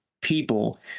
people